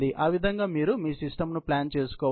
ఆ విధంగా మీరు మీ సిస్టమ్ను ప్లాన్ చేసుకోవాలి